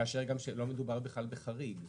כאשר לא מדובר בכלל בחריג.